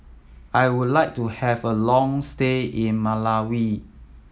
I would like to have a long stay in Malawi